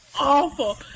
awful